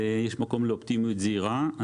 ויש מקום לאופטימיות זהירה.